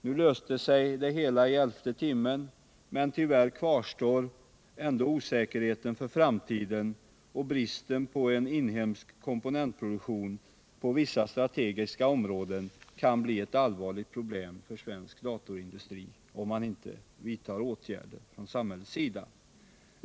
Nu löste sig det hela i elfte timmen, men tyvärr kvarstår ändå osäkerheten för framtiden, och bristen på en inhemsk komponentproduktion på vissa strategiska områden kan bli ett allvarligt problem för svensk datorindustri, om inte samhällsåtgärder vidtas på detta område.